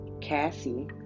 cassie